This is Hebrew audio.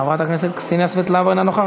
חבר הכנסת נחמן שי, מוותר.